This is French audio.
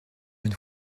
une